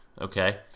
okay